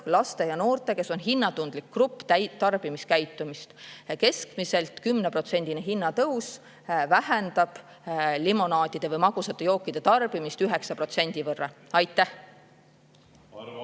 laste ja noorte – nad on hinnatundlik grupp – tarbimiskäitumist. Keskmiselt 10%‑line hinnatõus vähendab limonaadi või magusa joogi tarbimist 9%. Aitäh!